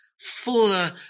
fuller